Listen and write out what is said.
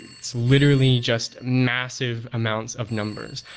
it's literally just massive amounts of numbers.